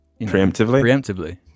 Preemptively